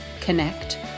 connect